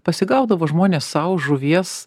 pasigaudavo žmonės sau žuvies